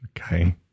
okay